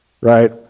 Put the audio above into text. right